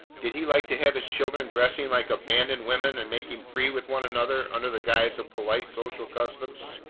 did he like to have his children dressing like abandoned women and making free with one another under the guise of polite social customs?